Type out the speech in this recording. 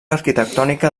arquitectònica